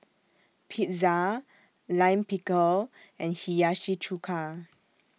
Pizza Lime Pickle and Hiyashi Chuka